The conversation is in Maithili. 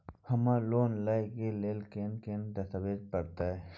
हमरा लोन लय के लेल केना कोन दस्तावेज दिए परतै?